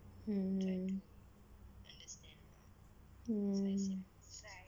mm